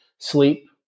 sleep